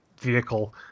vehicle